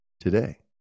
today